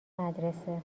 مدرسه